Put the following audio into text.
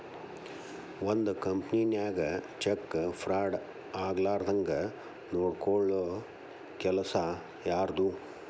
ಒಂದ್ ಕಂಪನಿನ್ಯಾಗ cheque fraud ಆಗ್ಲಾರ್ದಂಗ್ ನೊಡ್ಕೊಲ್ಲೊ ಕೆಲಸಾ ಯಾರ್ದು?